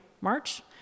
March